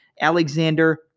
Alexander